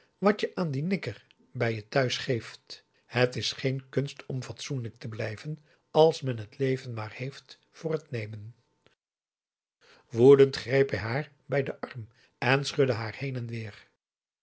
maurits je aan die nikker bij je thuis geeft het is geen kunst om fatsoenlijk te blijven als men het leven maar heeft voor het nemen woedend greep hij haar bij den arm en schudde haar heen en weer